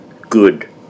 good